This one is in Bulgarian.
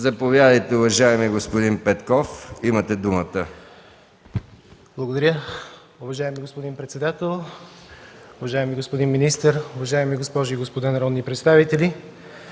Заповядайте, уважаеми господин Петков – имате думата. БИСЕР ПЕТКОВ: Благодаря. Уважаеми господин председател, уважаеми господин министър, уважаеми госпожи и господа народни представители!